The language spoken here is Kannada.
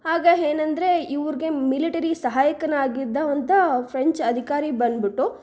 ಆಗ ಏನಂದ್ರೆ ಇವ್ರಿಗೆ ಮಿಲಿಟರಿ ಸಹಾಯಕನಾಗಿದ್ದಂಥ ಫ್ರೆಂಚ್ ಅಧಿಕಾರಿ ಬಂದ್ಬಿಟ್ಟು